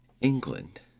England